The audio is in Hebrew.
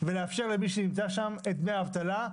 ולאפשר למי שנמצא שם לקבל את דמי האבטלה.